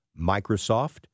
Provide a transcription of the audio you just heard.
Microsoft